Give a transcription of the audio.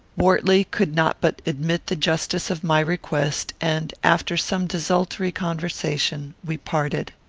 wortley could not but admit the justice of my request, and, after some desultory conversation, we parted.